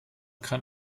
kann